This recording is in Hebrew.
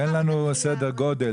תן לנו סדר גודל.